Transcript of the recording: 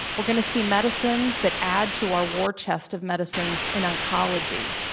we're going to see medicines that add to our war chest of medicines in oncology.